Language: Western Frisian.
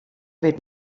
wit